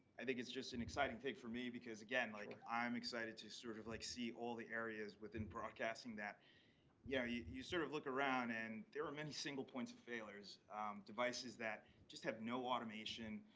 i think it's just an exciting thing for me because, again, like i'm excited to sort of, like, see all the areas within broadcasting that yeah, you you sort of look around and there are many single points of failures devices that just have no automation,